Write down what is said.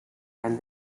and